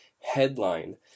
headline